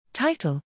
Title